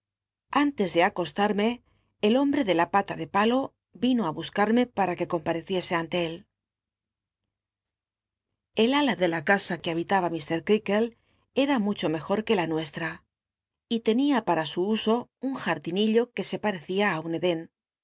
antes ele acostarme el hombre de la pata de palo l'ino ú buscal'lllc para que ompa recicse ante él el ala de la casa que habitaba mr creakle era mucho mejor que la nuestra y tenia para su uso un j ardinillo que se iarecia a un eden